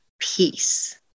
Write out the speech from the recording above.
peace